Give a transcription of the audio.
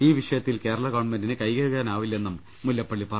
ഈ വിഷയത്തിൽ കേരള ഗവൺമെന്റിന് കൈകഴുകാ നാവില്ലെന്നും മുല്ലപ്പള്ളി പറഞ്ഞു